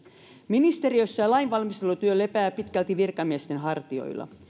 ministeriössä lainvalmistelutyö lepää pitkälti virkamiesten hartioilla